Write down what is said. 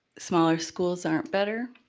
smaller schools aren't better.